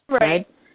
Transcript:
right